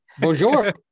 Bonjour